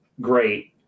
great